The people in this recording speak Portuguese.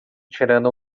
tirando